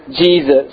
Jesus